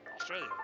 Australia